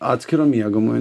atskiro miegamojo